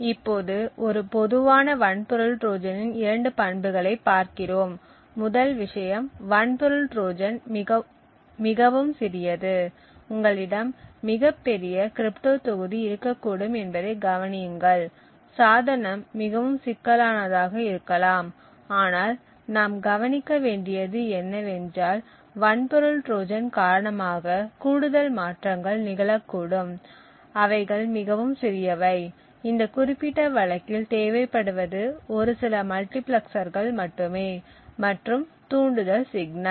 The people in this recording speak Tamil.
இப்போது ஒரு பொதுவான வன்பொருள் ட்ரோஜனின் இரண்டு பண்புகளைப் பார்க்கிறோம் முதல் விஷயம் வன்பொருள் ட்ரோஜன் மிகவும் சிறியது உங்களிடம் மிகப் பெரிய கிரிப்டோ தொகுதி இருக்கக்கூடும் என்பதைக் கவனியுங்கள் சாதனம் மிகவும் சிக்கலானதாக இருக்கலாம் ஆனால் நாம் கவனிக்க வேண்டியது என்னவென்றால் வன்பொருள் ட்ரோஜன் காரணமாக கூடுதல் மாற்றங்கள் நிகழக்கூடும் அவைகள் மிகவும் சிறியவை இந்த குறிப்பிட்ட வழக்கில் தேவைப்படுவது ஒரு சில மல்டிபிளெக்சர்கள் மட்டுமே மற்றும் தூண்டுதல் சிக்னல்